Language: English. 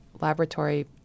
laboratory